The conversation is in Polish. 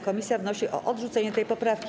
Komisja wnosi o odrzucenie tej poprawki.